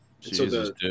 Jesus